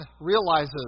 realizes